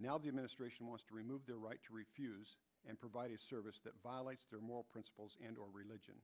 now the administration wants to remove their right to refuse and provide a service that violates their moral principles and or religion